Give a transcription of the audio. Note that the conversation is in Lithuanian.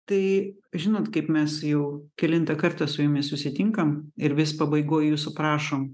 tai žinot kaip mes jau kelintą kartą su jumis susitinkam ir vis pabaigoj jūsų prašom